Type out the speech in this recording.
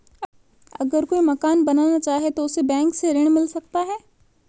अगर कोई मकान बनाना चाहे तो उसे बैंक से ऋण मिल सकता है?